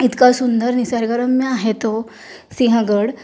इतका सुंदर निसर्गरम्य आहे तो सिंहगड